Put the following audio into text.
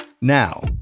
Now